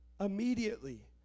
immediately